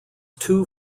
two